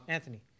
Anthony